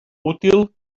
útil